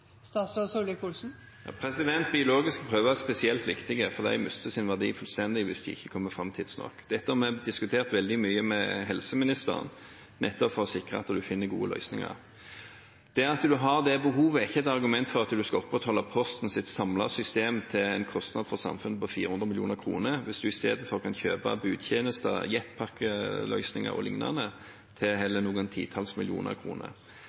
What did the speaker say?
prøver er spesielt viktige, for de mister sin verdi fullstendig hvis de ikke kommer fram tidsnok. Dette har vi diskutert veldig mye med helseministeren, nettopp for å sikre at vi finner gode løsninger. Det at man har dette behovet, er ikke et argument for å opprettholde Postens samlede system til en kostnad for samfunnet på 400 mill. kr hvis en i stedet kan kjøpe budtjenester, jetpakkeløsninger o.l. til noen titalls millioner kroner.